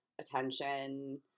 attention